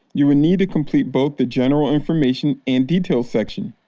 you will need to complete both the general information and details sections.